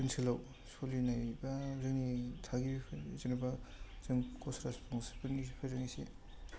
ओनसोलाव सोलिनाय बा जोंनि थागिबिफोर जेनोबा जों कस राजबंसिफोरजों एसे